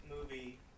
movie